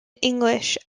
english